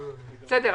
בסדר.